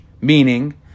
meaning